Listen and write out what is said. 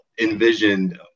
envisioned